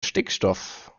stickstoff